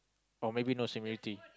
or maybe no similarity